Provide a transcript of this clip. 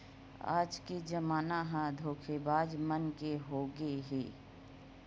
आज के जमाना ह धोखेबाज मन के होगे हे